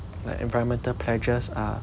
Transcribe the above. like environmental pledges are